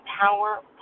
power